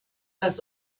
das